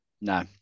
no